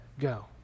go